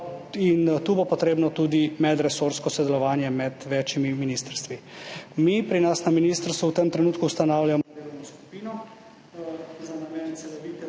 Tu bo potrebno tudi medresorsko sodelovanje med več ministrstvi. Mi pri nas na ministrstvu v tem trenutku ustanavljamo delovno skupino za namen …/